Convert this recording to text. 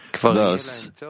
thus